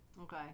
Okay